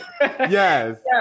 Yes